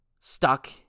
stuck